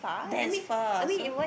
that's far so